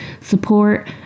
support